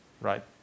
right